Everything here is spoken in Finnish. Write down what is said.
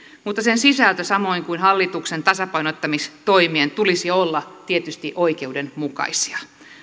mutta sen sisällön samoin kuin hallituksen tasapainottamistoimien tulisi olla tietysti oikeudenmukaisia